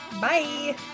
Bye